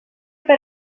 per